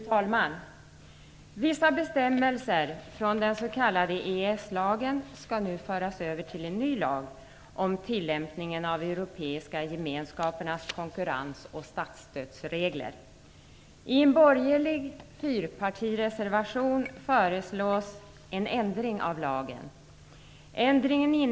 Fru talman! Vissa bestämmelser från den s.k. EES-lagen skall nu föras över till en ny lag om tilllämpningen av Europeiska gemenskapernas konkurrens och statsstödsregler.